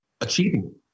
achieving